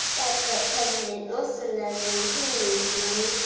that's what president wilson does when he needs money.